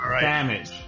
damage